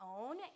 own